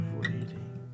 waiting